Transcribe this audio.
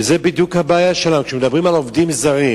וזאת בדיוק הבעיה שלנו כשמדברים על עובדים זרים.